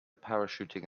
parachuting